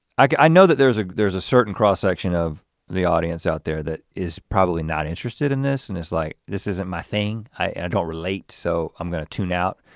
i know that there's there's a certain cross section of the audience out there that is probably not interested in this and it's like, this isn't my thing. i don't relate. so i'm gonna tune out.